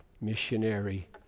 missionary